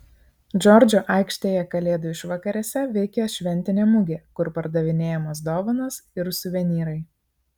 džordžo aikštėje kalėdų išvakarėse veikia šventinė mugė kur pardavinėjamos dovanos ir suvenyrai